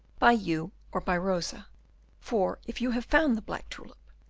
by you or by rosa for if you have found the black tulip,